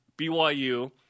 BYU